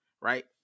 right